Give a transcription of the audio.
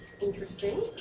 Interesting